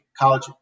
college